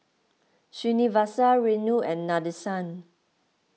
Srinivasa Renu and Nadesan